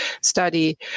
study